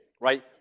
right